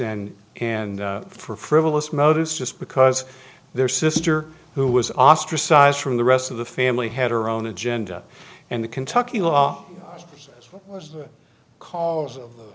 and and for frivolous motives just because their sister who was ostracized from the rest of the family had her own agenda and the kentucky law was the cause of